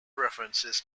references